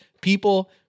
people